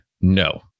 No